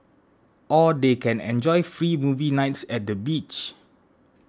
or they can enjoy free movie nights at the beach